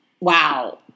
Wow